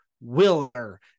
Willer